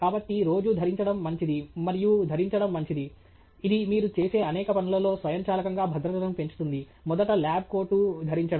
కాబట్టి రోజూ ధరించడం మంచిది మరియు ధరించడం మంచిది ఇది మీరు చేసే అనేక పనులలో స్వయంచాలకంగా భద్రతను పెంచుతుంది మొదట ల్యాబ్ కోటు ధరించడం